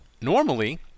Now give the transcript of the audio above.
Normally